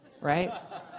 right